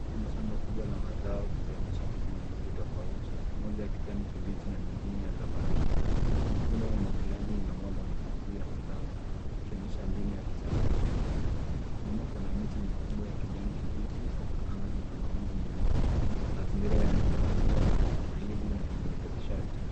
Hili ni shamba kubwa la mazao likionyesha mimea miwili tofauti, moja ya kijani kibichi na nyingine ya zambarau. Mifumo ya umwagiliaji inamwaga maji juu ya mazao ikionyesha mbinu ya kisasa ya kilimo. Nyuma kuna miti mikubwa ya kijani kibichi na anga lina mawingu meupe. Mazingira yanaonekana kuwa tulivu na yenye uzalishaji.